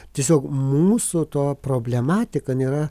tiesiog mūsų to problematika nėra